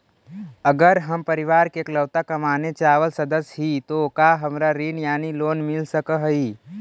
अगर हम परिवार के इकलौता कमाने चावल सदस्य ही तो का हमरा ऋण यानी लोन मिल सक हई?